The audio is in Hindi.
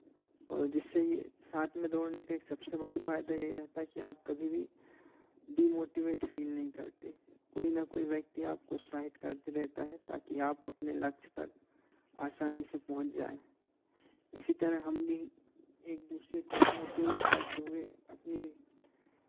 और जिससे ये साथ में दौड़ने का सबसे बड़ा फायदा यही रहता है कि आप कभी भी डीमोटिवेट फील नहीं करते कोई ना कोई व्यक्ति आपको उत्साहित करता रहता है ताकि आप अपने लक्ष्य तक आसानी से पहुंच जाएं इसी तरह हम भी एक दूसरे को मोटिवेट करते हुए अपनी